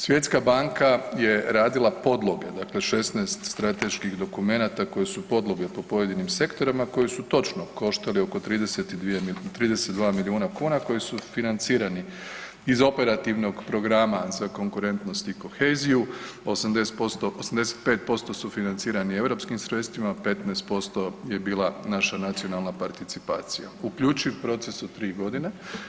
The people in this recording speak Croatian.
Svjetska banka je radila podloge, dakle 16 strateških dokumenata koje su podloge po pojedinim sektorima koje su točno koštale oko 32 milijuna kuna koji su financirani iz operativnog programa za konkurentnost i koheziju, 80%, 85% su financirani europskim sredstvima, 15% je bila naša nacionalna participacija, uključiv proces od 3 godine.